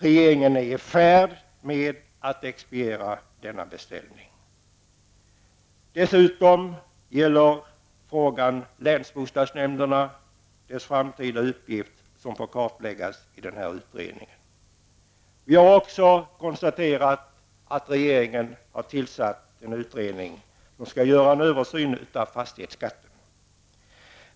Regeringen är i färd med att expediera denna beställning. Dessutom skall länsbostadsnämndernas framtida uppgift kartläggas i utredningen. Vi har också konstaterat att regeringen har tillsatt en utredning som skall göra en översyn av fastighetsskatten.